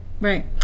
right